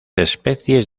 especies